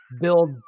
build